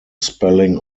spelling